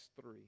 three